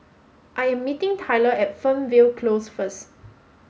I am meeting Tyler at Fernvale Close first